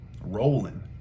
rolling